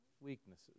weaknesses